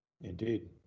Indeed